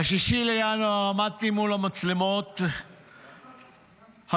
ב-6 בינואר עמדתי מול מצלמות הכנסת